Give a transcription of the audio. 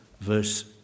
verse